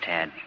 Tad